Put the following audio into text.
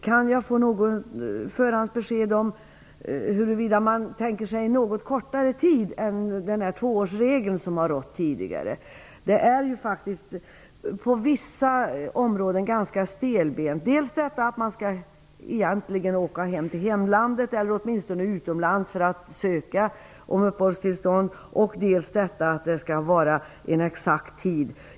Kan jag få något förhandsbesked om huruvida man tänker sig något kortare tid än enligt den tvåårsregel som har rått tidigare? Det är faktiskt ganska stelbent på vissa områden. Dels gäller att man egentligen skall åka hem till hemlandet eller åtminstone utomlands för att söka om uppehållstillstånd, dels gäller att det skall vara en exakt tid.